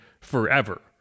forever